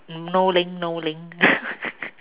no link no link